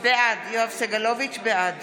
בעד